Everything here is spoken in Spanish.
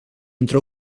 entró